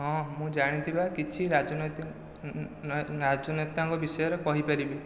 ହଁ ମୁଁ ଜାଣିଥିବା କିଛି ରାଜନେତାଙ୍କ ବିଷୟରେ କହିପାରିବି